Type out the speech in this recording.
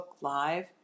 Live